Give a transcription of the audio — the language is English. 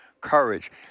courage